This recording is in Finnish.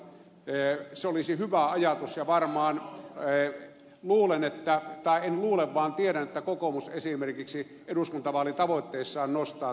minusta se olisi hyvä ajatus ja luulen tai en luule vaan tiedän että kokoomus esimerkiksi eduskuntavaalitavoitteissaan nostaa tämän keskeisesti esille